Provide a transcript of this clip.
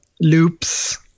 loops